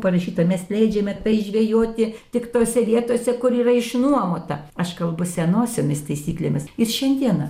parašyta mes leidžiame tai žvejoti tik tose vietose kur yra išnuomota aš kalbu senosiomis taisyklėmis ir šiandieną